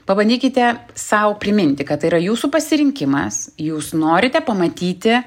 pabandykite sau priminti kad tai yra jūsų pasirinkimas jūs norite pamatyti